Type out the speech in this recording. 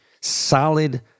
solid